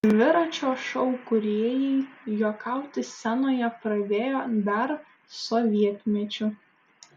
dviračio šou kūrėjai juokauti scenoje pradėjo dar sovietmečiu